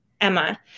Emma